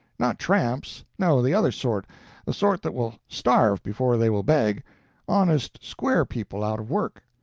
not tramps no, the other sort the sort that will starve before they will beg honest square people out of work.